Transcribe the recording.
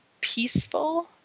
peaceful